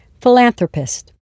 philanthropist